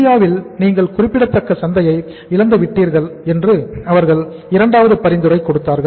இந்தியாவில் நீங்கள் குறிப்பிடத்தக்க சந்தையை இழந்துவிட்டீர்கள் என்று அவர்கள் இரண்டாவது பரிந்துரை கொடுத்தார்கள்